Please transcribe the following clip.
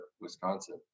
Wisconsin